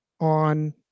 on